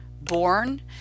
born